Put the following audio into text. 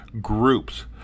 groups